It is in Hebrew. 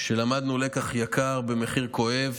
שלמדנו לקח יקר במחיר כואב.